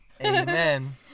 Amen